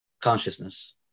consciousness